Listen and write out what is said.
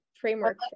framework